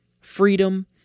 freedom